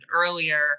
earlier